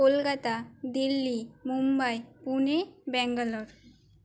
Kolkata Delhi Mumbai Pune Bangalore